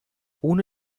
ohne